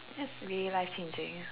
that's really life changing ya